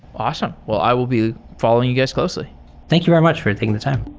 awesome. well, i will be following you guys closely thank you very much for and taking the time.